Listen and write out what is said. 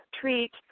treat